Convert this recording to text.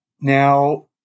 Now